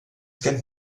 gen